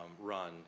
run